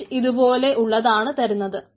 Swift ഇതുപോലെ ഉള്ളതാണ് തരുന്നത്